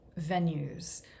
venues